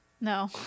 No